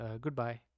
Goodbye